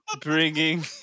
bringing